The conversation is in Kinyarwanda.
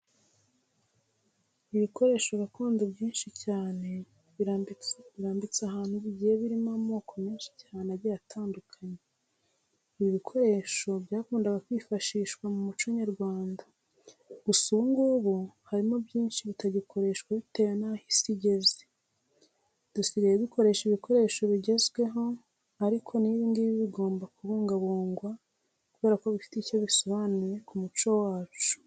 Ibikoresho gakondo byinshi cyane birambitse ahantu bigiye birimo amoko menshi cyane agiye atandukanye. Ibi bikoresho byakundaga kwifashishwa mu muco nyarwanda, gusa ubu ngubu harimo byinshi bitagikoreshwa bitewe n'aho isi igeze. Dusigaye dukoresha ibikoresho bigezweho ariko n'ibi ngibi bigomba kubungabungwa kubera ko bifite icyo bisobanuye ku muco wacu.